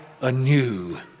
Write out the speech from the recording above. anew